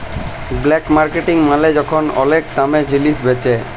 black marketing মালে যখল ওলেক দামে জিলিস বেঁচে